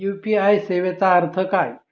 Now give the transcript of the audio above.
UPI सेवेचा अर्थ काय?